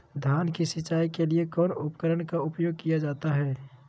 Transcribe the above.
धान की सिंचाई के लिए कौन उपकरण का उपयोग किया जाता है?